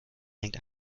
hängt